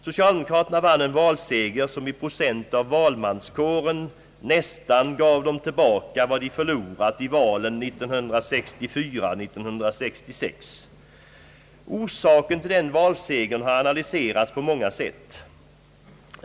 Socialdemokraterna vann en valseger som i procent av valmanskåren nästan gav dem tillbaka vad de förlorat i valen 1964 och 1966. Orsaken till denna valseger har analyserats på många sätt.